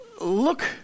look